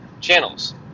channels